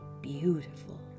beautiful